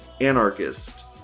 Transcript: Anarchist